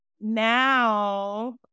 now